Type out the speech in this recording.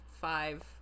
five